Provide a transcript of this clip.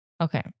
Okay